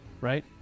right